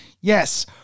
Yes